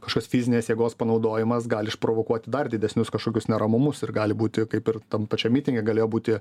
kažkokios fizinės jėgos panaudojimas gali išprovokuoti dar didesnius kažkokius neramumus ir gali būti kaip ir tam pačiam mitinge galėjo būti